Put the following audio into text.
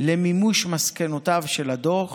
למימוש מסקנותיו של הדוח